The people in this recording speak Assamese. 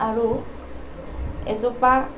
আৰু এজোপা